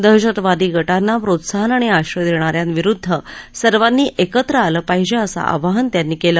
दहशतवादी गटांना प्रोत्साहन आणि आश्रय देणाऱ्यांविरुद्ध सर्वांनी एकत्र आलं पाहिजे असं आवाहन त्यांनी केलं